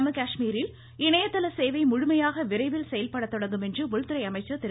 ஜம்மு காஷ்மீரில் இணையதள சேவை முழுமையாக விரைவில் செயல்பட தொடங்கும் என்று உள்துறை அமைச்சர் திரு